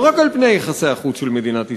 לא רק על פני יחסי החוץ של מדינת ישראל,